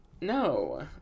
No